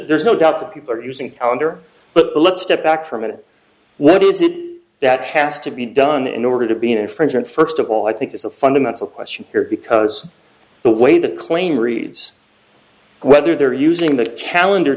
there's no doubt that people are using calendar but let's step back for a minute what is it that has to be done in order to be an infringement first of all i think is a fundamental question here because the way the claim reads whether they're using the calen